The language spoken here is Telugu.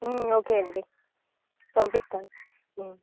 ఓకే అండి పంపిస్తాను